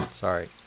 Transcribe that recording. Sorry